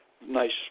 nice